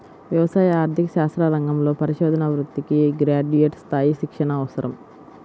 వ్యవసాయ ఆర్థిక శాస్త్ర రంగంలో పరిశోధనా వృత్తికి గ్రాడ్యుయేట్ స్థాయి శిక్షణ అవసరం